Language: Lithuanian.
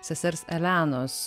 sesers elenos